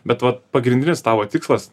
be vat pagrindinis tavo tikslas